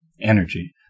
energy